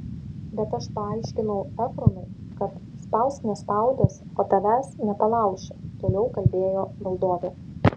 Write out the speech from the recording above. bet aš paaiškinau efronui kad spausk nespaudęs o tavęs nepalauši toliau kalbėjo valdovė